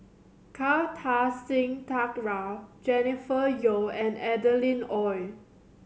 Kartar Singh Thakral Jennifer Yeo and Adeline Ooi